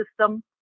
system